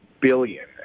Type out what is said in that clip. billion